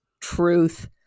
truth